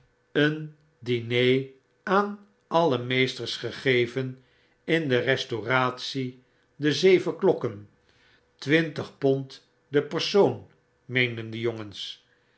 een dine aan aile meesters gegeven in de restauratie de zeven klokken twintig pond de persoon meenden onze jongens